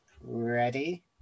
Ready